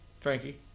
Frankie